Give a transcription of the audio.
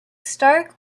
stark